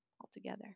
altogether